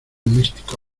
místico